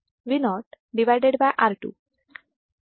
तर इथे माझा V काय असेल